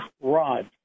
rod